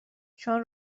چون